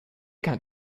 can’t